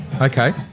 Okay